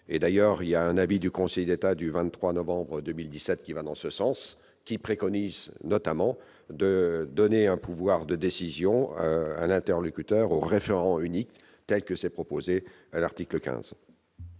et d'ailleurs il y a un avis du Conseil d'État du 23 novembre 2017 qui va dans ce sens, qui préconise notamment de donner un pouvoir de décision à l'interlocuteur référent unique tels que c'est proposé à l'article 15.